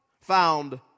found